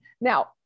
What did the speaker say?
now